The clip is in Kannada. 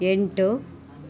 ಎಂಟು